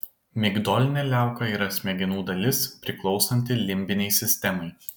migdolinė liauka yra smegenų dalis priklausanti limbinei sistemai